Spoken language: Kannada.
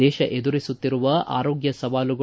ದೇತ ಎದುರಿಸುತ್ತಿರುವ ಆರೋಗ್ಗ ಸವಾಲುಗಳು